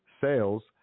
sales